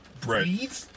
breathe